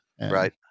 right